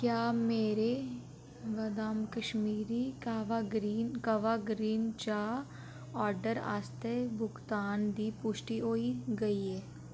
क्या मेरे बदाम कश्मीरी काह्वा काह्वा ग्रीन चाह् आर्डर आस्तै भुगतान दी पुश्टि होई गेई ऐ